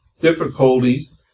difficulties